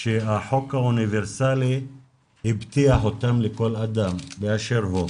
שהחוק האוניברסלי הבטיח אותם לכל אדם באשר הוא.